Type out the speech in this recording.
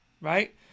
right